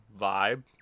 vibe